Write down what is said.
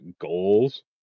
goals